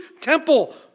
temple